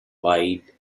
wide